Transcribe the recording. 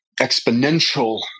exponential